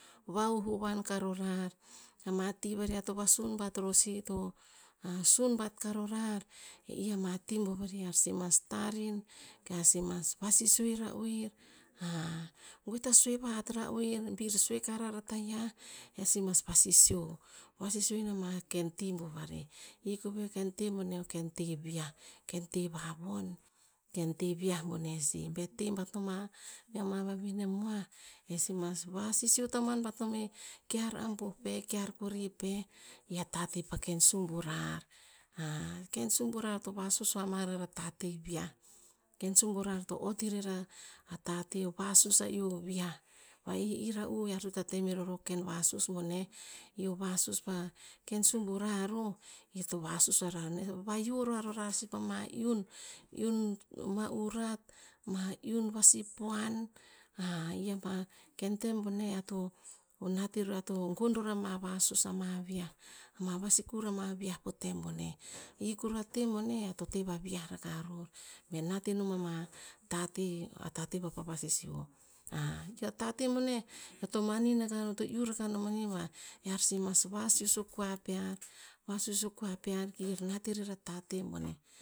Va wowoan o karo rar, ama ti vari ear to vasun bat roh sih to sun bat karo rar. E i ama ti bo vari eh sih mas tar in, kear sih mas vasisio ira oer. gwe ta sue vahat ra oer bir sue karo rar a taiah, ear sih mas vasisio. Vasisio ama ti bo vari, i koveh o ken teh. Ken teh va von o ken teh viah boneh sih. Be te bat noma meh ma vavine moa, eh sih mas vasisio tamuan bat nom eh, kear ambuh pe, kear kori, pe, i a tateh peh ken sumbu rar. ken sumburar to vasus ama rar a tateh viah, ken sumburar to ott irer a- atateh, o vasus va'i o vi'ah. Va'i era'u ear ita teh aror o ken vasus boneh. I o vasus pa ken sumbu rar roh, ir to vasus aro rar sih pa ma iun. Iun ma urat, ma iun vasipuan ken tem boneh ear to nat iro, ear to gon oror ama vasus ama vi'ah. Ama sikur ama viah po tem boneh. I kuruh a tem boneh ear to teh vavi'ah ror, be nat enom ama tateh. A tateh pa vasisio i a tateh boneh eo to manin akah non. Eo to iuh rakah manu ba, ear sih mas vasus o kua pear. Vasus o kua pear kir nat erer a tateh boneh.